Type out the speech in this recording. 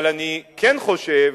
אבל אני כן חושב